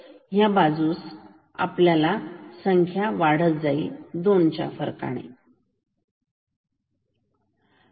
तर ही संख्या दोनच्या फरकाने वाढत जाईल